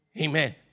Amen